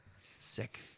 Sick